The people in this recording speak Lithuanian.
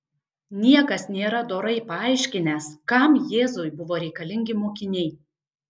niekas nėra dorai paaiškinęs kam jėzui buvo reikalingi mokiniai